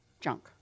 junk